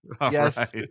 Yes